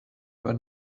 aber